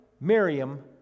Miriam